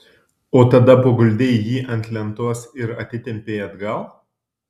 o tada paguldei jį ant lentos ir atitempei atgal